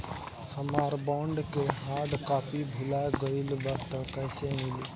हमार बॉन्ड के hard copy भुला गएलबा त कैसे मिली?